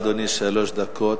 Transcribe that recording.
אדוני, לרשותך שלוש דקות.